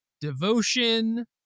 Devotion